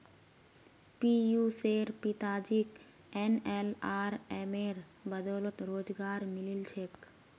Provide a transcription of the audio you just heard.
पियुशेर पिताजीक एनएलआरएमेर बदौलत रोजगार मिलील छेक